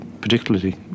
particularly